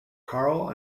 karl